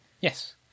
Yes